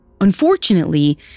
Unfortunately